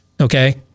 Okay